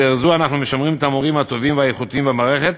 בדרך זו אנחנו משמרים את המורים הטובים והאיכותיים במערכת,